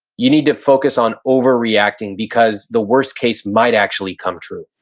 you need to focus on overreacting because the worst case might actually come true.